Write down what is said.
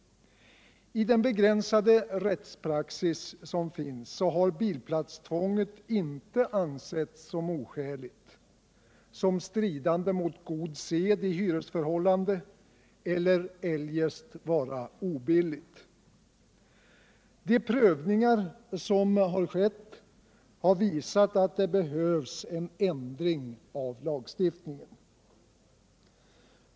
I den begränsade rättspraxis som finns har bilplatstvånget inte ansetts som oskäligt, som stridande mot god sed i hyresförhållande eller eljest vara obilligt. De prövningar som har skett visar att det behövs en ändring av lagstiftningen.